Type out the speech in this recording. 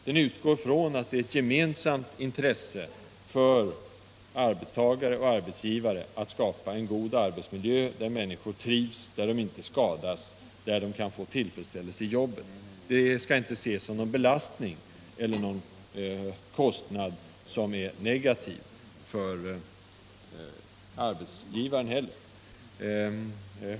Den utgår ifrån att det är ett gemensamt intresse för arbetstagare och arbetsgivare att skapa en god arbetsmiljö där människor trivs, där de inte skadas och där de kan få tillfredsställelse i jobbet. Det skall inte ses som någon belastning eller kostnad som är negativ för arbetsgivaren.